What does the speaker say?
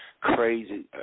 crazy